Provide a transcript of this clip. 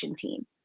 team